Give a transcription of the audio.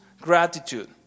gratitude